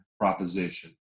proposition